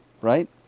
right